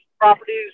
properties